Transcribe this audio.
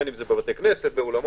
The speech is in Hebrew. בין אם זה בבתי כנסת,